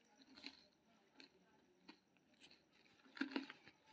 UPI pin बनबै लेल screen पर देल निर्देश कें फॉलो करू